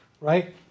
right